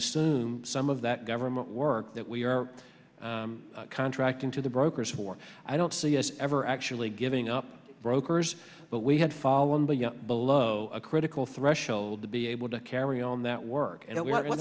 assume some of that government work that we are contracting to the brokers for i don't see us ever actually giving up brokers but we had fallen below a critical threshold to be able to carry on that work and i w